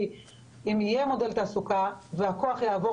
כי אם יהיה מודל תעסוקה והכוח יעבור